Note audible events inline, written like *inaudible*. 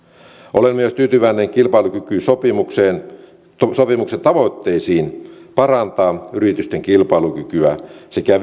olen myös tyytyväinen kilpailukykysopimuksen tavoitteisiin parantaa yritysten kilpailukykyä sekä *unintelligible*